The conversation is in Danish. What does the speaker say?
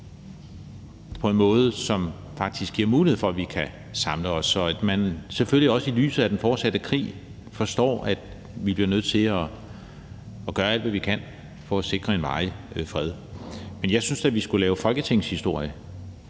på en måde, som faktisk giver mulighed for, at vi kan samle os – så man selvfølgelig også i lyset af den fortsatte krig forstår, at vi bliver nødt til at gøre alt, hvad vi kan, for at sikre en varig fred. Men jeg synes da, at vi skulle lave folketingshistorie,